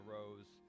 Rose